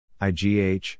IGH